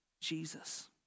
Jesus